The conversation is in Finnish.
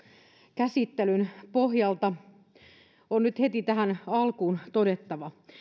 käsittelyn pohjalta se on nyt heti tähän alkuun todettava